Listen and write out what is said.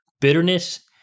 bitterness